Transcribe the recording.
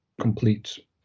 complete